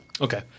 Okay